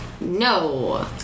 No